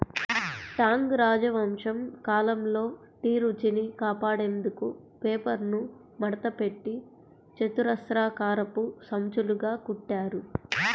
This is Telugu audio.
టాంగ్ రాజవంశం కాలంలో టీ రుచిని కాపాడేందుకు పేపర్ను మడతపెట్టి చతురస్రాకారపు సంచులుగా కుట్టారు